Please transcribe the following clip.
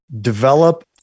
develop